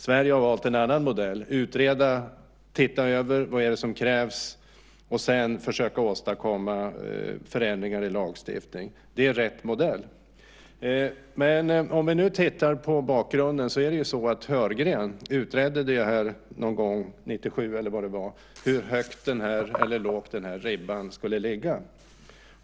Sverige har valt en annan modell, nämligen att utreda och se över vad som krävs för att sedan försöka åstadkomma förändringar i lagstiftningen. Det är rätt modell. Sett till bakgrunden är det så att Heurgren har utrett - år 1997 eller när det nu var - hur högt eller lågt ribban skulle ligga.